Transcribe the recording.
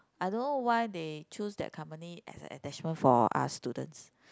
I don't know why they choose that company as an attachment for us students